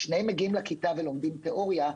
שניהם מגיעים לכיתה ולומדים תיאוריה.